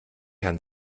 herrn